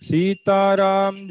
Sitaram